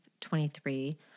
23